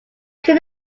can